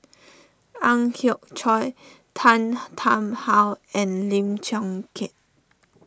Ang Hiong Chiok Tan Tarn How and Lim Chong Keat